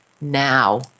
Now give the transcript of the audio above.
now